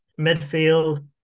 Midfield